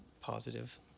positive